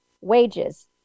wages